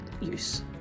use